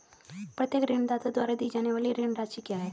प्रत्येक ऋणदाता द्वारा दी जाने वाली ऋण राशि क्या है?